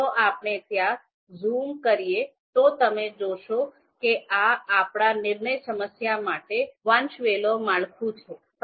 જો આપણે તેમાં ઝૂમ કરીએ તો તમે જોશો કે આ આપણા નિર્ણય સમસ્યા માટે વંશવેલો માળખું છે